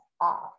off